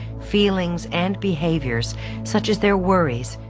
feelings, and behaviors such as their worries,